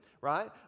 right